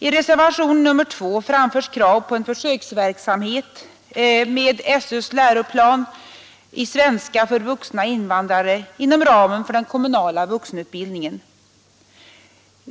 I reservationen 2 framförs krav på en försöksverksamhet med SÖ:s läroplan i svenska för vuxna invandrare inom ramen för den kommunala vuxenutbildningen.